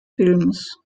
films